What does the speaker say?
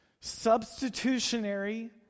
substitutionary